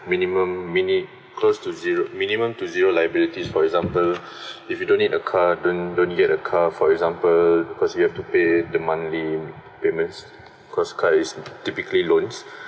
minimum mini~ close to zero minimum two zero liabilities for example if you don't need a car don't don't get a car for example because you have to pay the monthly payments cause cars is typically loans